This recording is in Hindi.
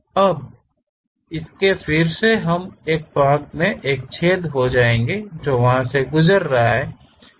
अब इसके फिर से हम एक छेद हो जाएगा जो वहाँ से गुजर रहा हो